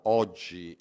oggi